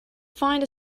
find